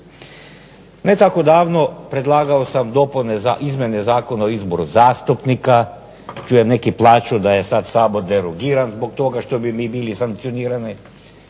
Ne tako davno predlagao sam dopune za izmjene Zakona o izboru zastupnika, čujem neki plaču da je sad Sabor derogiran zbog toga što bi mi bili sankcionirani,